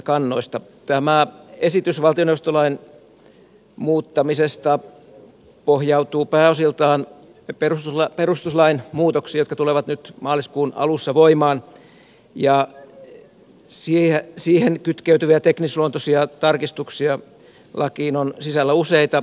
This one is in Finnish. tämä esitys valtioneuvostolain muuttamisesta pohjautuu pääosiltaan perustuslain muutoksiin jotka tulevat nyt maaliskuun alussa voimaan ja siihen kytkeytyviä teknisluontoisia tarkistuksia lakiin on sisällä useita